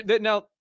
Now